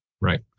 Right